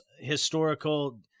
historical